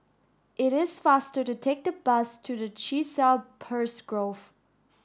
it is faster to take the bus to Chiselhurst Grove